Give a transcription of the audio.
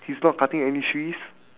he's not cutting any trees